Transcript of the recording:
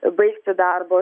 baigti darbą